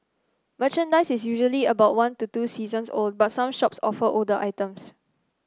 merchandise is usually about one to two seasons old but some shops offer older items